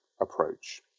approach